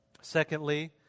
Secondly